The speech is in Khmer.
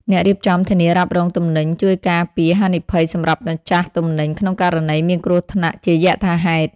អ្នករៀបចំធានារ៉ាប់រងទំនិញ ជួយការពារហានិភ័យសម្រាប់ម្ចាស់ទំនិញក្នុងករណីមានគ្រោះថ្នាក់ជាយថាហេតុ។